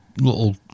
little